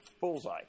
Bullseye